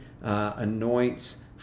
anoints